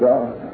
God